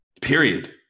Period